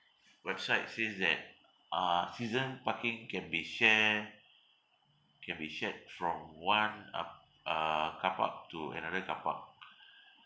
website says that uh season parking can be share can be shared from one um uh carpark to another carpark